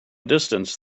distance